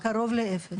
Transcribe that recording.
קרוב לאפס.